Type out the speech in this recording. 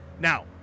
now